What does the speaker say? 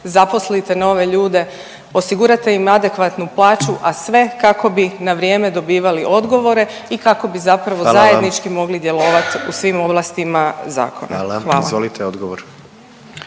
zaposlite nove ljude, osigurate im adekvatnu plaću, a sve kako bi na vrijeme dobivali odgovore i kako bi zapravo .../Upadica: Hvala./... zajednički mogli djelovati u svim ovlastima zakona. **Jandroković, Gordan